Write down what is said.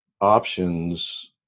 options